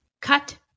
cut